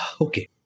Okay